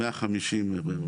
150 נדמה לי.